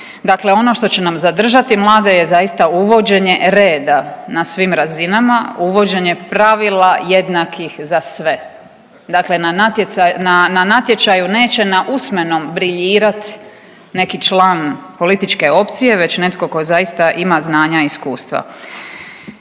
Dakle, ono što će nam zadržati mlade je zaista uvođenje reda na svim razinama, uvođenje pravila jednakih za sve. Dakle, na natjecaj, na natječaju neće na usmenom briljirat neki član političke opcije već netko tko zaista ima znanja i iskustva.